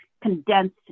condensed